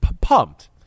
Pumped